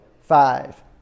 five